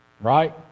right